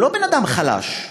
הוא לא בן-אדם חלש,